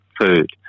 food